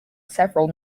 several